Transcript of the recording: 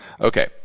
Okay